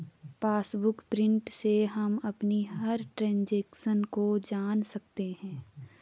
passbook print से हम अपनी हर ट्रांजेक्शन को जान सकते है